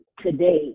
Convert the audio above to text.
Today